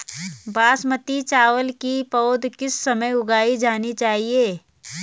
बासमती चावल की पौध किस समय उगाई जानी चाहिये?